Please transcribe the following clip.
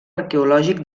arqueològic